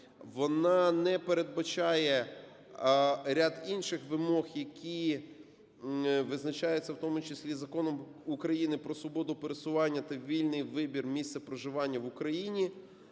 вона не передбачає ряд інших вимог, які визначаються в тому числі Законом України "Про свободу пересування та вільний вибір місця проживання в Україні",